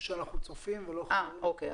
אוקיי.